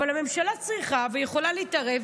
אבל הממשלה צריכה ויכולה להתערב,